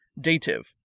Dative